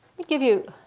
me give you